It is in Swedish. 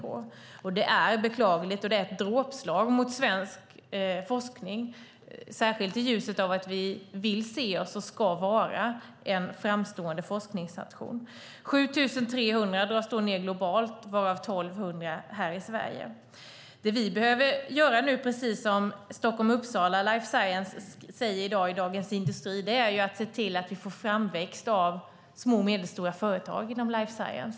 Det här är beklagligt, och det är ett dråpslag mot svensk forskning, särskilt i ljuset av att vi vill se oss som och ska vara en framstående forskningsnation. 7 300 tjänster dras in globalt, varav 1 200 här i Sverige. Det vi behöver göra nu, precis som Stockholm-Uppsala Life Science säger i dag i Dagens Industri, är att se till att vi får en framväxt av små och medelstora företag inom life science.